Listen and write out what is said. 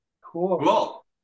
Cool